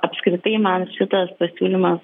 apskritai man šitas pasiūlymas